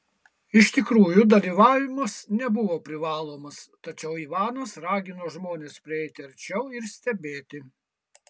iš tikrųjų dalyvavimas nebuvo privalomas tačiau ivanas ragino žmones prieiti arčiau ir stebėti